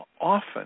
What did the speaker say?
often